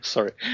Sorry